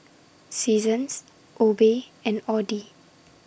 Seasons Obey and Audi